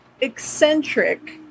eccentric